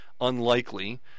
unlikely